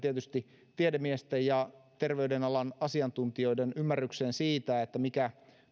tiedemiesten ja terveydenalan asiantuntijoiden ymmärrykseen siitä mikä